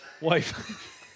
Wife